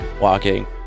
walking